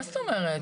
מה זאת אומרת?